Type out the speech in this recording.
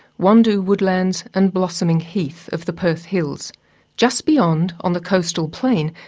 wandoo woodlands and blossoming heath of the perth hills just beyond, on the coastal plain,